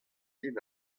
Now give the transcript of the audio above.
din